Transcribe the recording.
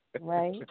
Right